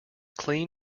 clean